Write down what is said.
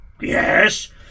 Yes